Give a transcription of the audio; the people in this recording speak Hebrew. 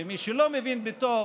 ומי שלא מבין בטוב